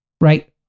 right